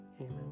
Amen